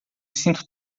sinto